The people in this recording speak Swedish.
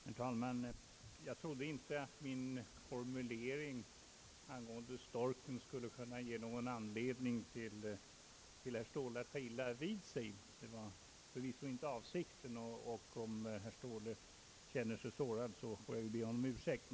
Herr talman! Jag trodde inte att min formulering angående storken skulle kunna ge herr Ståhle någon anledning att ta illa vid sig. Det var förvisso inte avsikten, och om herr Ståhle känner sig sårad får jag be honom om ursäkt.